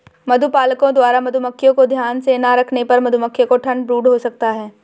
मधुपालकों द्वारा मधुमक्खियों को ध्यान से ना रखने पर मधुमक्खियों को ठंड ब्रूड हो सकता है